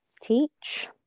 teach